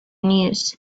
news